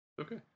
Okay